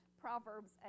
Proverbs